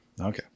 Okay